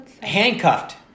Handcuffed